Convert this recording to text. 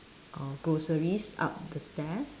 uh groceries up the stairs